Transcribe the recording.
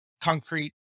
concrete